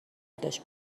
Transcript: داشت